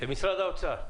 משרד האוצר.